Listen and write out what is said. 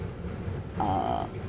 err